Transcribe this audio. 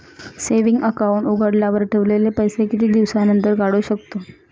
Saving account उघडल्यावर ठेवलेले पैसे किती दिवसानंतर काढू शकतो?